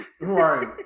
Right